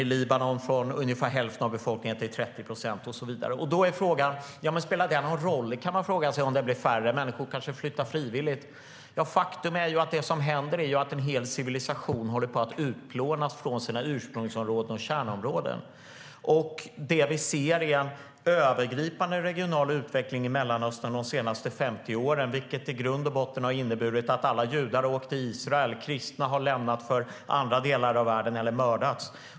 I Libanon har man gått från att vara ungefär hälften av befolkningen till 30 procent och så vidare. Spelar det då någon roll om de kristna blir färre, kan man fråga sig. Människor kanske flyttar frivilligt. Faktum är dock att det som händer är att en hel civilisation håller på att utplånas från sina ursprungsområden och kärnområden. Det vi ser är en övergripande regional utveckling i Mellanöstern de senaste 50 åren som i grund och botten har inneburit att alla judar har åkt till Israel och att kristna har lämnat regionen för andra delar av världen eller mördats.